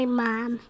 mom